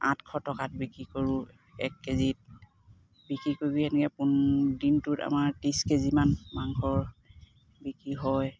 আঠশ টকাত বিক্ৰী কৰোঁ এক কেজিত বিক্ৰী কৰি পিনি এনেকৈ পোন দিনটোত আমাৰ ত্ৰিছ কেজিমান মাংসৰ বিক্ৰী হয়